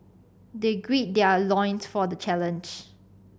they gird their loins for the challenge